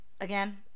again